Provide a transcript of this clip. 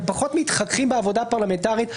הם פחות מתחככים בעבודה פרלמנטרית.